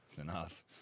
Enough